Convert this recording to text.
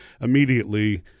immediately